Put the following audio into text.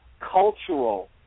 cultural